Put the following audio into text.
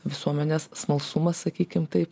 visuomenės smalsumas sakykim taip